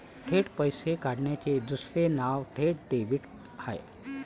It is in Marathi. थेट पैसे काढण्याचे दुसरे नाव थेट डेबिट आहे